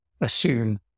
assume